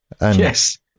Yes